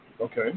okay